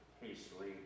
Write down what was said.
hastily